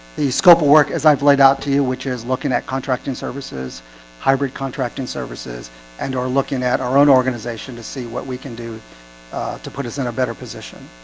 the scope of work as i've laid out to you, which is looking at contracting services hybrid contracting services and are looking at our own organization to see what we can do to put us in a better position